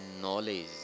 knowledge